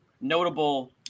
notable